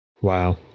wow